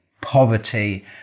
poverty